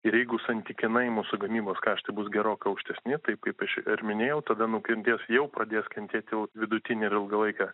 ir jeigu santykinai mūsų gamybos kaštai bus gerokai aukštesni taip kaip aš ir minėjau tada nukentės jau pradės kentėti jau vidutine ir ilgalaike